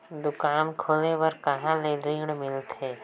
दुकान खोले बार कहा ले ऋण मिलथे?